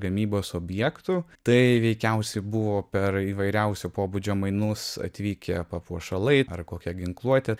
gamybos objektų tai veikiausiai buvo per įvairiausio pobūdžio mainus atvykę papuošalai ar kokia ginkluotė